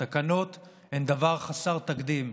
התקנות הן דבר חסר תקדים,